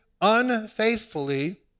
unfaithfully